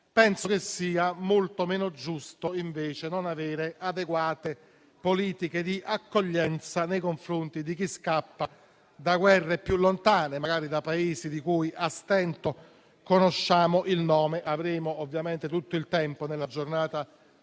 penso sia molto meno giusto invece non avere adeguate politiche di accoglienza nei confronti di chi scappa da guerre più lontane, magari da Paesi di cui a stento conosciamo il nome. Avremo ovviamente tutto il tempo di parlarne